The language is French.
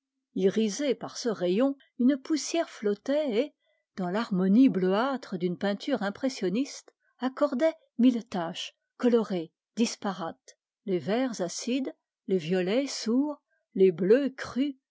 irisée par ce rayon une poussière flottait et dans l'harmonie bleuâtre d'une peinture impressionniste accordait mille taches colorées disparates les verts acides les violets sourds les bleus crus